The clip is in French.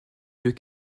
deux